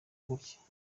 gutya